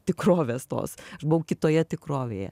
tikrovės tos aš buvau kitoje tikrovėje